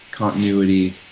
continuity